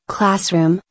Classroom